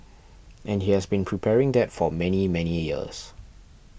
and he has been preparing that for many many years